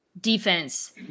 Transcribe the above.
defense